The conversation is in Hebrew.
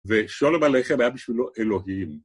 ושולם עליכם היה בשבילו אלוהים.